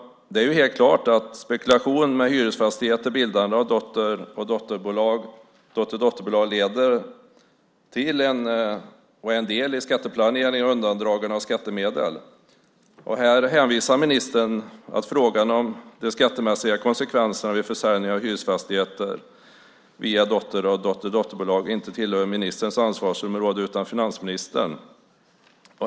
Det är helt klart att spekulation kring hyresfastigheter och bildande av dotter och dotterdotterbolag leder till och är en del i undandragande av skattemedel. Här hänvisar ministern till att frågan om de skattemässiga konsekvenserna vid försäljning av hyresfastigheter till dotter och dotterdotterbolag inte tillhör ministerns ansvarsområde utan finansministerns.